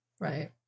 Right